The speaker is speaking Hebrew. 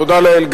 תודה לאל,